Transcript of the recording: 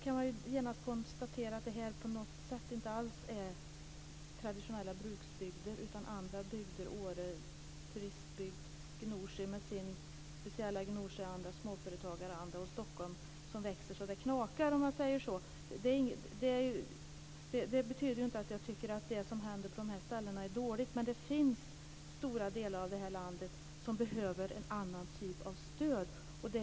Man kan då genast konstatera att de inte på något sätt är traditionella bruksbygder utan andra bygder. Åre är turistbygd, Gnosjö har sin speciella Gnosjöanda och småföretagaranda och Stockholm växer så det knakar. Det betyder inte att jag tycker att det som händer på de ställena är dåligt. Men stora delar av det här landet behöver en annan typ av stöd.